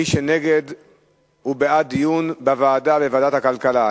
מי שנגד הוא בעד דיון בוועדה, ועדת הכלכלה.